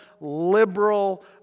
liberal